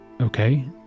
Okay